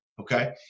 Okay